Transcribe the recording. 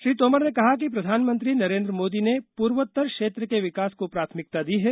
श्री तोमर ने कहा कि प्रधानमंत्री नरेंद्र मोदी ने पूर्वोत्तर क्षेत्र के विकास को प्राथमिकता दी है